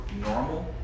normal